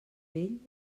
vell